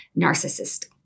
narcissist